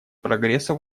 прогресса